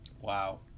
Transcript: wow